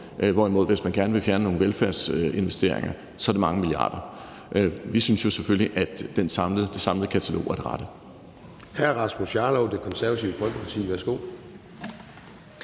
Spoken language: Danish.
hvorimod hvis man gerne vil fjerne nogle velfærdsinvesteringer, er der mange milliarder. Vi synes jo selvfølgelig, at det samlede katalog er det rette.